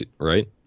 right